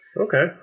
Okay